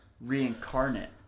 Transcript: reincarnate